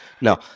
No